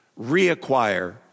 Reacquire